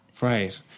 Right